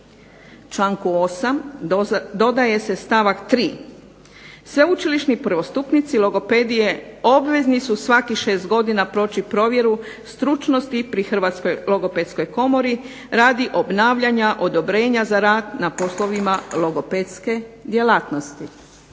Članku 8. dodaje se stavak 3., sveučilišni prvostupnici logopedije obvezni su svakih 6 godina proći provjeru stručnosti pri Hrvatskoj logopedskoj komori radi obnavljanja odobrenja za rad na poslovima logopedske djelatnosti.